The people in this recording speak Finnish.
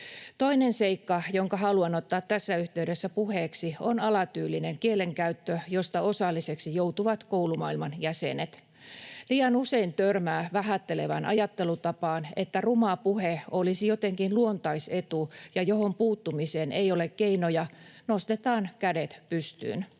Toinen seikka, jonka haluan ottaa tässä yhteydessä puheeksi, on alatyylinen kielenkäyttö, josta osalliseksi joutuvat koulumaailman jäsenet. Liian usein törmää vähättelevään ajattelutapaan, että ruma puhe olisi jotenkin luontoisetu ja siihen puuttumiseen ei ole keinoja — nostetaan kädet pystyyn.